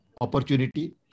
opportunity